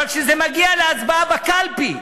אבל כשזה מגיע להצבעה בקלפי,